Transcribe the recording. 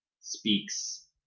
speaks